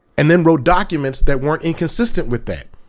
and then wrote documents that weren't inconsistent with that!